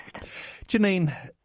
Janine